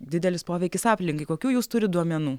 didelis poveikis aplinkai kokių jūs turit duomenų